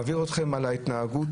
מעביר אתכם על ההתנהגות.